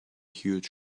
huge